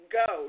go